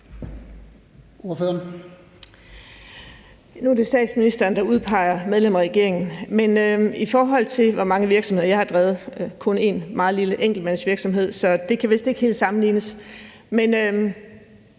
Nu er det statsministeren, der udpeger medlemmer af regeringen. Men i forhold til hvor mange virksomheder jeg har drevet, kan jeg sige, at jeg kun har drevet en meget lille enkeltmandsvirksomhed, så det kan vist ikke helt sammenlignes. Jeg